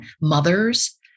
mothers